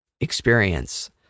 experience